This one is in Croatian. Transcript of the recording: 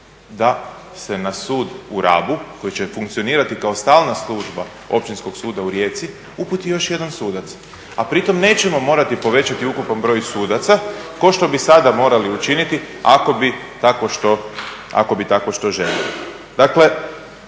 da se na sud u Rabu koji će funkcionirati kao stalna služba Općinskog suda u Rijeci, … još jedan sudac, a pri tom nećemo morati povećati ukupan broj sudaca, kao što bi sada morali učiniti ako bi takvo što željeli.